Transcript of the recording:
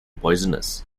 poisonous